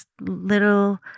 little